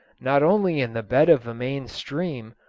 not only in the bed of the main stream,